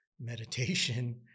meditation